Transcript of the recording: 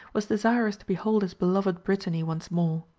was desirous to behold his beloved brittany once more.